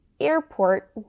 airport